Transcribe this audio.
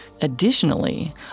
Additionally